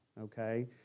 okay